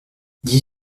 dix